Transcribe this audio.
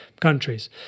countries